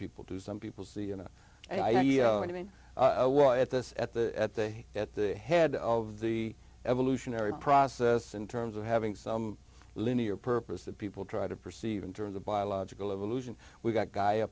people do some people say you know i you know anything at this at the at the at the head of the evolutionary process in terms of having some linear purpose that people try to perceive in terms of biological evolution we've got g